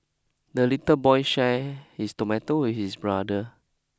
the little boy share his tomato with his brother